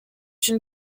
une